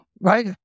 right